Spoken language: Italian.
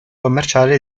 commerciale